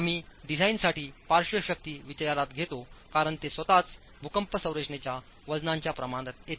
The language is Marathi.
आम्ही डिझाइनसाठी पार्श्व शक्ती विचारात घेतो कारण तेस्वतःचभूकंप रचनेच्या वजनाच्या प्रमाणात येते